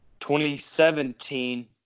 2017